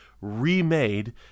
remade